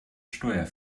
steuer